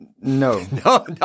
No